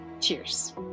Cheers